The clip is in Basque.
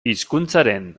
hizkuntzaren